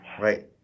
Right